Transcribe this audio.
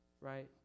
right